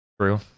true